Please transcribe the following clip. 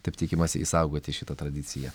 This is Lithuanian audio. taip tikimasi išsaugoti šitą tradiciją